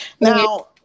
Now